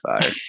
fire